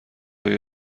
ایا